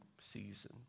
season